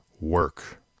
work